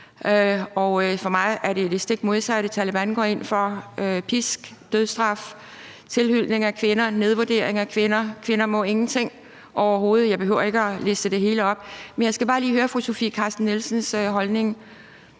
og for mig er det det stik modsatte, Taleban går ind for, nemlig pisk, dødsstraf, tilhylning af kvinder, nedvurdering af kvinder; kvinder må ingenting overhovedet. Jeg behøver ikke at liste det hele op. Men jeg skal bare lige høre fru Sofie Carsten Nielsens holdning